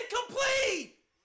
incomplete